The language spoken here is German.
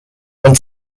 und